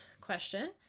question